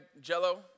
jello